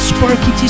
Sparky